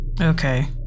Okay